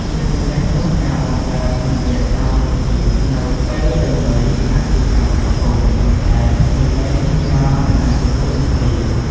ជាពិសេសនោះ ការបង្កើត និងរក្សាមិត្តភាពនៅពេលពេញវ័យអាចជាការប្រឈម ប៉ុន្តែមិនមែនជាការមិនអាចទៅរួចនោះទេ។